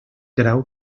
grau